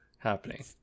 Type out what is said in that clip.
happening